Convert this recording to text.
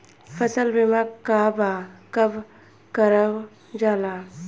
फसल बीमा का कब कब करव जाला?